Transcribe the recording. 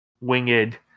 Winged